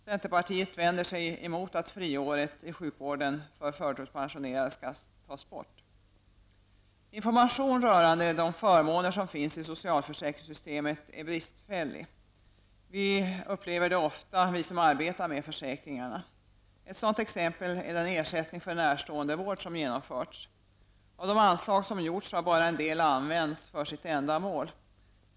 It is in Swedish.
Centerpartiet vänder sig emot att friåret i sjukvården för förtidspensionerade skall tas bort. Information rörande de förmåner som finns i socialförsäkringssystemet är bristfällig. Det upplever vi ofta vi som arbetar med försäkringarna. Ett sådant exempel är den ersättning för närståendevård som genomförts. Av de anslag som gjorts har bara en del använts för sitt ändamål.